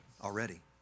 already